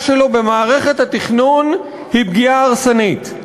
שלו במערכת התכנון היא פגיעה הרסנית.